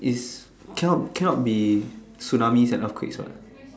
is cannot cannot be tsunami and earthquakes what